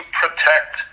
protect